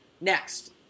next